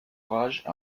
rage